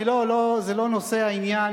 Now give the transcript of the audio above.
זה לא נושא העניין,